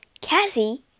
Cassie